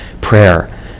prayer